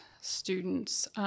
students